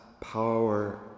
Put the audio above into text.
power